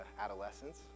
adolescence